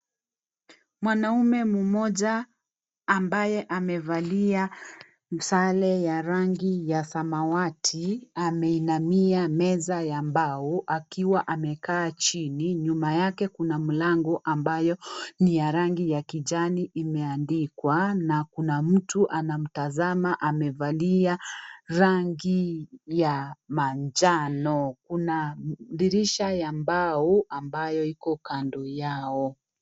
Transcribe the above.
Mwanaume mmoja ambaye amevalia sare ya rangi ya samawati ameinamia meza ya mbao akiwa amekaa chini nyuma yake kuna mlango ambayo ni ya rangi ya kijani imeandikwa na kuna mtu anamtazama amevalia rangi ya manjano kuna dirisha ya mbao ambayo iko kando yao.